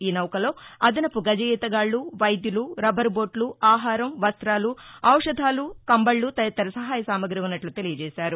ఈ నౌకలో అదనపు గజ ఈతగాళ్ళు వైద్యులు రబ్బరు బోట్లు ఆహారం వస్తాలు ఔషదాలు కంబక్ఫు తదితర సహాయ సామాగ్రి ఉన్నట్లు తెలియజేశారు